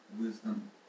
wisdom